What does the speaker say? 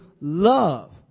love